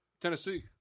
Tennessee